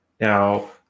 now